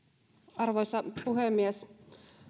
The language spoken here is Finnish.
arvoisa puhemies